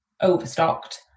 overstocked